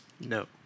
No